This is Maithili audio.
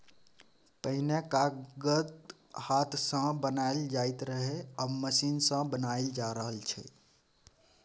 पहिने कागत हाथ सँ बनाएल जाइत रहय आब मशीन सँ बनाएल जा रहल छै